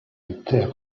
entera